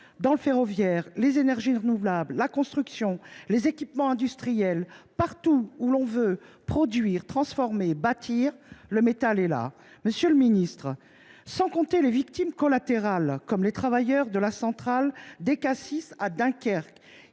Dans le ferroviaire, les énergies renouvelables, la construction, les équipements industriels, partout où l'on veut produire, transformer, bâtir, le métal est là. Monsieur le Ministre, Sans compter les victimes collatérales, comme les travailleurs de la centrale d'ECASIS à Dunkerque.